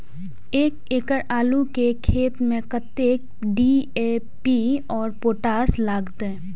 एक एकड़ आलू के खेत में कतेक डी.ए.पी और पोटाश लागते?